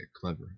clever